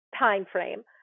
timeframe